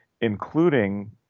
including